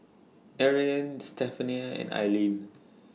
Ariane Stephania and Aileen